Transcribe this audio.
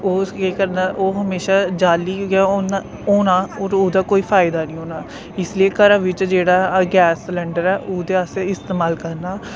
ओह् केह् करना ओह् हमेशा जाली गै होना और ओह्दा कोई फायदा नी होना इस लेई घरा बिच जेह्ड़ा गैस सिलेंडर ऐ ओह्दे अस इस्तेमाल करना